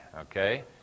okay